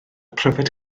pryfed